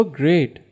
great